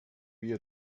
via